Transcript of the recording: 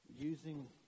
using